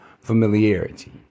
familiarity